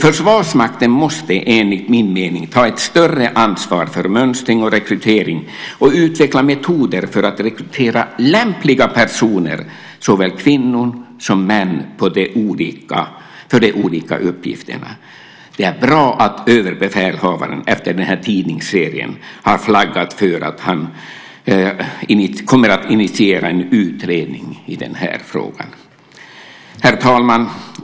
Försvarsmakten måste enligt min mening ta ett större ansvar för mönstring och rekrytering och utveckla metoder för att rekrytera lämpliga personer, såväl kvinnor som män, för de olika uppgifterna. Det är bra att överbefälhavaren efter tidningsserien har flaggat för att han kommer att initiera en utredning i den här frågan. Herr talman!